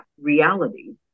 reality